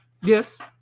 Yes